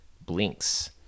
blinks